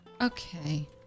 okay